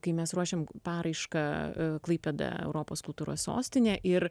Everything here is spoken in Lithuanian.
kai mes ruošėm paraišką klaipėda europos kultūros sostinė ir